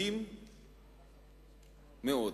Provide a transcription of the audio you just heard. מדאיגים מאוד.